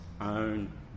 own